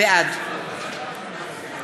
בעד